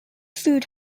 food